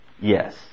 yes